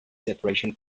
separation